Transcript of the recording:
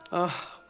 oh,